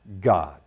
God